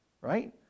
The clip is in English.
Right